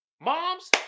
Moms